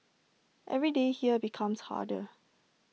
every day here becomes harder